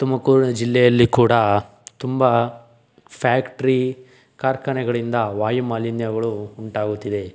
ತುಮಕೂರು ಜಿಲ್ಲೆಯಲ್ಲಿ ಕೂಡ ತುಂಬ ಫ್ಯಾಕ್ಟ್ರಿ ಕಾರ್ಖಾನೆಗಳಿಂದ ವಾಯುಮಾಲಿನ್ಯಗಳು ಉಂಟಾಗುತ್ತಿದೆ